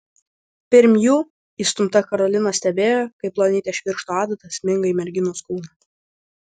pirm jų įstumta karolina stebėjo kaip plonytė švirkšto adata sminga į merginos kūną